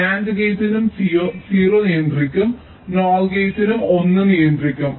NAND ഗേറ്റിനും 0 നിയന്ത്രിക്കും NOR ഗേറ്റിനും 1 നിയന്ത്രിക്കും